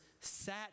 sat